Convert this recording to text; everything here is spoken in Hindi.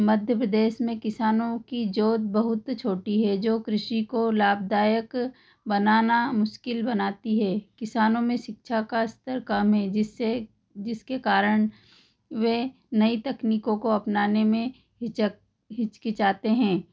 मध्य प्रदेश में किसानों की जोत बहुत छोटी है जो कृषि को लाभदायक बनाना मुश्किल बनाती है किसानों में शिक्षा का स्तर कम है जिससे जिसके कारण वे नई तकनीको को अपनाने में हिचक हिचकिचाते हैं